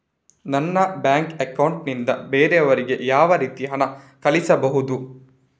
ನನ್ನ bank account ನಿಂದ ಬೇರೆಯವರಿಗೆ ಯಾವ ರೀತಿ ಹಣ ಕಳಿಸಬಹುದು?